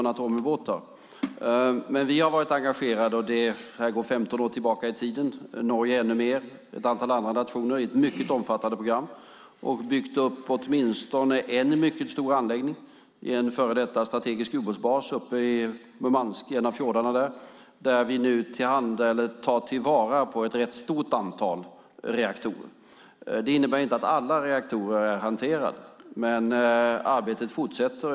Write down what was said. Men vi och ett antal andra nationer har varit engagerade - det här går 15 år tillbaka i tiden, för Norge ännu mer - i ett mycket omfattande program och byggt upp åtminstone en mycket stor anläggning i en före detta strategisk ubåtsbas uppe i en av fjordarna vid Murmansk där vi nu tar till vara ett rätt stort antal reaktorer. Det innebär inte att alla reaktorer är hanterade, men arbetet fortsätter.